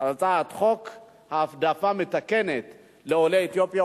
הצעת חוק העדפה מתקנת לעולי אתיופיה,